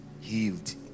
healed